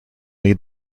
lead